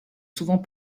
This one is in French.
souvent